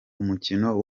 umukino